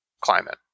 climate